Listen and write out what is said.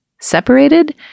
separated